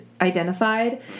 identified